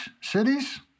cities